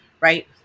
right